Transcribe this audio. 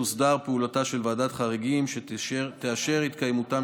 תוסדר פעולתה של ועדת חריגים שתאשר התקיימותם